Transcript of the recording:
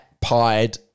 pied